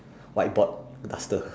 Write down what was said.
white board duster